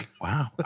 Wow